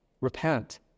Repent